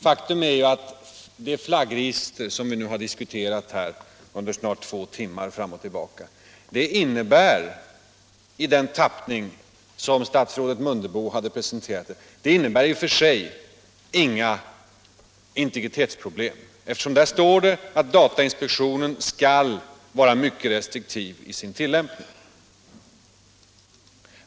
Faktum är att det flaggregister som vi nu har diskuterat fram och tillbaka under snart två timmar i och för sig, i den tappning som statsrådet Mundebo har presenterat det i, inte innebär några integritetsproblem. Det står nämligen att datainspektionen skall vara mycket restriktiv i sin tillämpning.